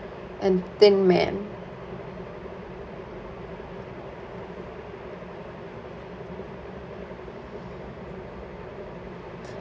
and thin man